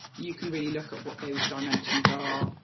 you can really look at what those dimensions are,